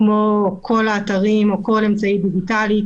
כמו כל אמצעי דיגיטלי,